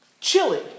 chili